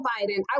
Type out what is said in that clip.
Biden